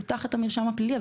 הוא תחת המרשם הפלילי,